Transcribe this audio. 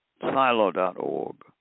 silo.org